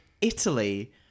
Italy